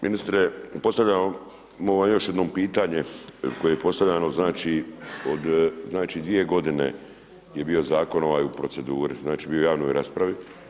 Ministre, postavljam vam još jednom pitanje koje je postavljeno znači od, znači 2 godine je bio zakon ovaj u proceduri, znači bio u javnoj raspravi.